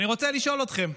אני רוצה לשאול אתכם.